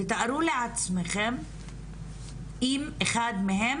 תתארו לעצמכם אם אחד מהם